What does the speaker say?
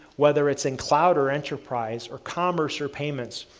whether it's in cloud, or enterprise, or commerce, or payments,